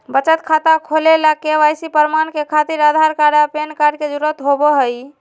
बचत खाता खोले ला के.वाइ.सी प्रमाण के खातिर आधार आ पैन कार्ड के जरुरत होबो हइ